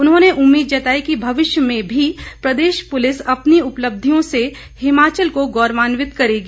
उन्होंने उम्मीद जताई कि भविष्य में भी प्रदेश पुलिस अपनी उपलब्धियों से हिमाचल को गौरवान्वित करेगी